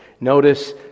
Notice